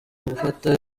gufata